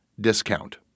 discount